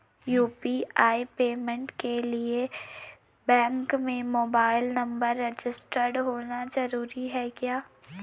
UPI payment के लिए bank में मोबाइल नंबर रजिस्टर्ड होना जरूरी है क्या?